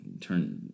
turn